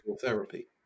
Therapy